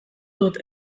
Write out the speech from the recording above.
dut